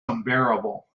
unbearable